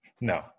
No